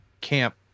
camp